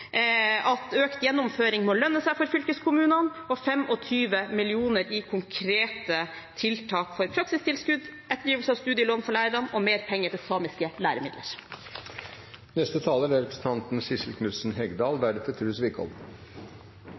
at økt gjennomføring må lønne seg for fylkeskommunene, 25 mill. kr i praksistilskudd til konkrete tiltak, ettergivelse av studielån for lærerne og mer penger til samiske læremidler.